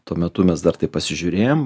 tuo metu mes dar taip pasižiūrėjom